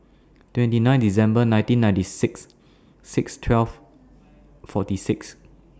twenty nine December nineteen ninety six six twelve forty six